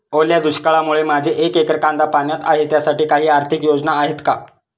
ओल्या दुष्काळामुळे माझे एक एकर कांदा पाण्यात आहे त्यासाठी काही आर्थिक योजना आहेत का?